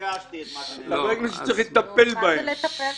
אנשים שצריך לטפל בהם.